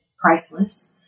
priceless